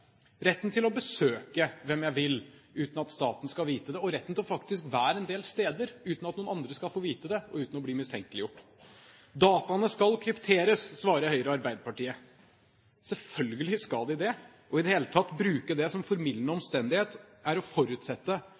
retten til å besøke hvem jeg vil uten at staten skal vite det, og retten til faktisk å være en del steder uten at noen andre skal få vite det og uten å bli mistenkeliggjort. Dataene skal krypteres, svarer Høyre og Arbeiderpartiet. Selvfølgelig skal de det, og i det hele tatt å bruke det som en formildende omstendighet er å forutsette